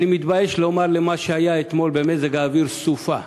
אני מתבייש לקרוא למה שהיה אתמול מבחינת מזג האוויר "סופה".